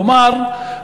כלומר,